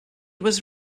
was